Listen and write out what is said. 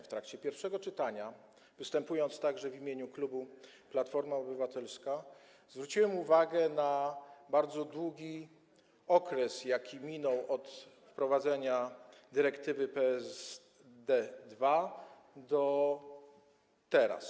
W trakcie pierwszego czytania, występując także w imieniu klubu Platforma Obywatelska, zwróciłem uwagę na bardzo długi okres, jaki minął od wprowadzenia dyrektywy PSD2 do teraz.